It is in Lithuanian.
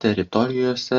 teritorijose